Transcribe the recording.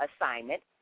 assignment